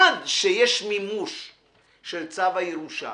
עד שיש מימוש של צו הירושה